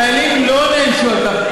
חיילים לא נענשו על כך.